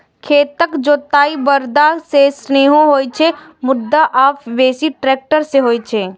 खेतक जोताइ बरद सं सेहो होइ छै, मुदा आब बेसी ट्रैक्टर सं होइ छै